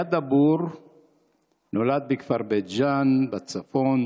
זיאד דבור נולד בכפר בית ג'ן בצפון,